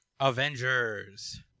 Avengers